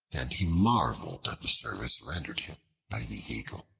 and he marveled at the service rendered him by the eagle.